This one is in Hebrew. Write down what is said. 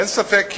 אין ספק כי